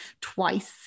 twice